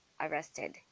arrested